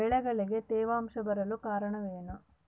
ಬೆಳೆಗಳಲ್ಲಿ ತೇವಾಂಶ ಬರಲು ಕಾರಣ ಏನು?